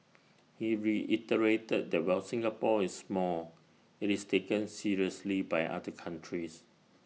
he reiterated that while Singapore is small IT is taken seriously by other countries